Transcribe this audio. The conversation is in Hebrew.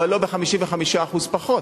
אבל לא ב-55% פחות.